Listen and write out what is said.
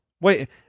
Wait